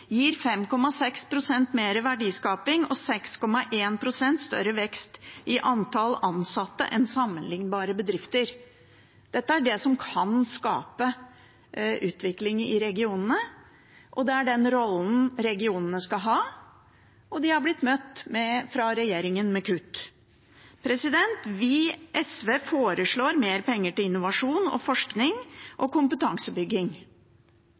gir 5,6 pst. mer verdiskaping og 6,1 pst. større vekst i antall ansatte enn i sammenlignbare bedrifter. Dette er det som kan skape utvikling i regionene, det er den rollen regionene skal ha – og de har blitt møtt med kutt fra regjeringen. Vi i SV foreslår mer penger til innovasjon, forskning og